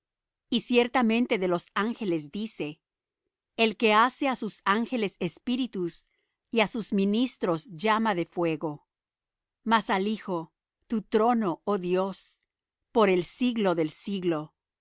y ciertamente de los ángeles dice el que hace á sus ángeles espíritus y á sus ministros llama de fuego mas al hijo tu trono oh dios por el siglo del siglo